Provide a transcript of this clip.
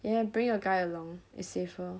ya ya bring a guy along is safer